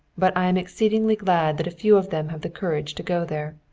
but i'm exceedingly glad that a few of them have the courage to go there.